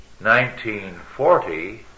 1940